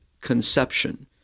conception